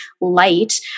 light